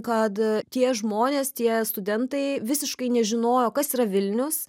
kad tie žmonės tie studentai visiškai nežinojo kas yra vilnius